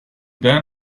then